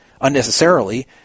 unnecessarily